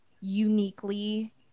uniquely